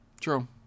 True